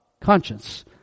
conscience